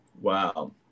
Wow